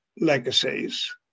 legacies